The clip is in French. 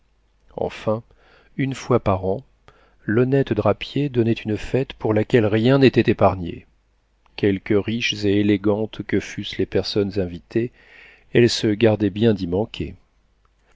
enfin une fois par an l'honnête drapier donnait une fête pour laquelle rien n'était épargné quelque riches et élégantes que fussent les personnes invitées elles se gardaient bien d'y manquer